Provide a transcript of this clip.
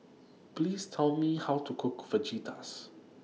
Please Tell Me How to Cook Fajitas